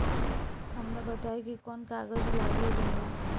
हमरा बताई कि कौन कागज लागी ऋण ला?